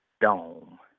Dome